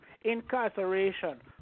incarceration